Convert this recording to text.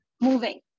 moving